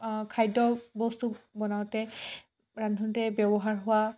খাদ্য বস্তু বনাওঁতে ৰান্ধোঁতে ব্যৱহাৰ হোৱা